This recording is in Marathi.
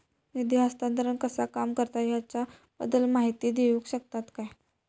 निधी हस्तांतरण कसा काम करता ह्याच्या बद्दल माहिती दिउक शकतात काय?